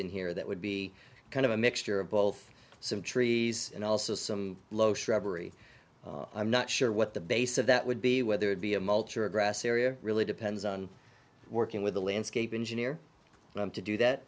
in here that would be kind of a mixture of both some trees and also some low shrubbery i'm not sure what the base of that would be whether it be a mulch or a grassy area really depends on working with a landscape engineer them to do